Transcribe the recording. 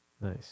Nice